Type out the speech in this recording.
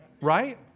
right